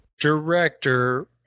director